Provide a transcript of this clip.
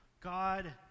God